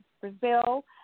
Brazil